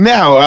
Now